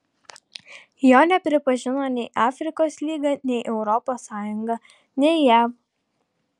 jo nepripažino nei afrikos lyga nei europos sąjunga nei jav